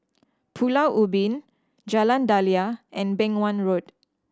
Pulau Ubin Jalan Daliah and Beng Wan Road